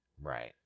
Right